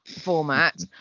Format